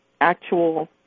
actual